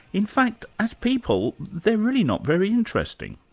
in fact, as people they're really not very interesting.